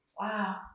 Wow